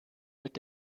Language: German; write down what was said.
mit